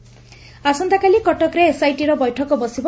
SIT ବୈଠକ ଆସନ୍ତାକାଲି କଟକରେ ଏସ୍ଆଇଟିର ବେଠକ ବସିବ